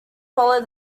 follow